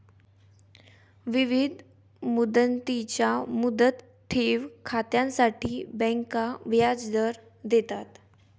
विविध मुदतींच्या मुदत ठेव खात्यांसाठी बँका व्याजदर देतात